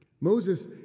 Moses